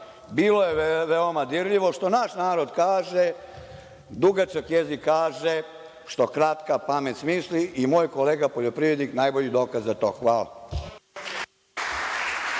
Bilo je veoma dirljivo, što naš narod kaže – dugačak jezik kaže što kratka pamet smisli, i moj kolega poljoprivrednik je najbolji dokaz za to. Hvala.